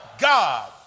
God